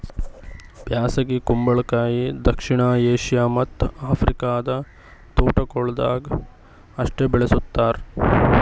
ಬ್ಯಾಸಗಿ ಕುಂಬಳಕಾಯಿ ದಕ್ಷಿಣ ಏಷ್ಯಾ ಮತ್ತ್ ಆಫ್ರಿಕಾದ ತೋಟಗೊಳ್ದಾಗ್ ಅಷ್ಟೆ ಬೆಳುಸ್ತಾರ್